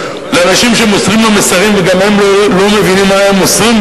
לאנשים שמוסרים לו מסרים וגם הם לא מבינים מה הם מוסרים,